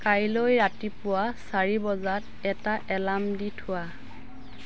কাইলৈ ৰাতিপুৱা চাৰি বজাত এটা এলাৰ্ম দি থোৱা